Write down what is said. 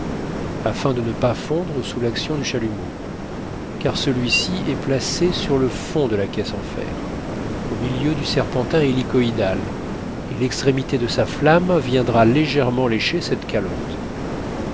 afin de ne pas fondre sous l'action du chalumeau car celui-ci est placé sur le fond de la caisse en fer au milieu du serpentin hélicoïdal et l'extrémité de sa flamme vien dra légèrement lécher cette calotte